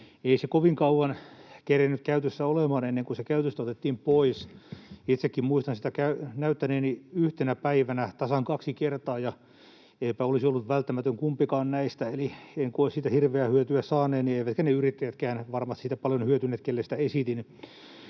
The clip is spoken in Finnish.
Ei se kovin kauan kerennyt käytössä olemaan, ennen kuin se otettiin pois käytöstä. Itsekin muistan sitä näyttäneeni yhtenä päivänä tasan kaksi kertaa, ja eipä olisi ollut välttämätön kumpikaan näistä. Eli en koe siitä hirveää hyötyä saaneeni, eivätkä ne yrittäjätkään varmasti siitä paljon hyötyneet, keille sitä esitin.